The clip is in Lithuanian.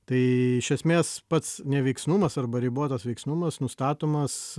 tai iš esmės pats neveiksnumas arba ribotas veiksnumas nustatomas